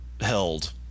held